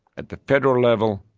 at the federal level,